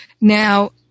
Now